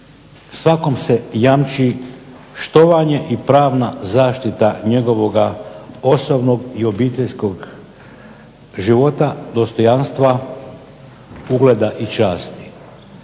"Svakom se jamči štovanje i pravna zaštita njegovoga osobnog i obiteljskog života, dostojanstva, ugleda i časti."